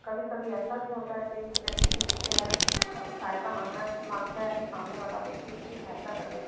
कभी कभी ऐसा भी होता है कि व्यक्ति किसी से हैल्प सहायता मांगना माँगता है सामने वाला व्यक्ति उसके सहायता करने